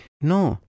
No